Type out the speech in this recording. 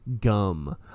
Gum